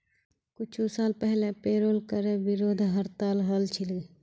कुछू साल पहले पेरोल करे विरोधत हड़ताल हल छिले